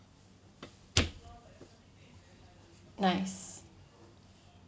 nice